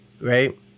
right